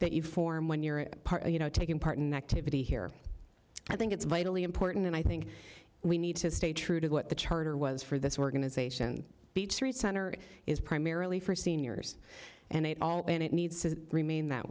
that you form when you're a part of you know taking part in an activity here i think it's vitally important and i think we need to stay true to what the charter was for this organization peachtree center is primarily for seniors and all and it needs to remain that